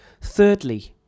Thirdly